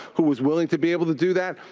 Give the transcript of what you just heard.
who was willing to be able to do that,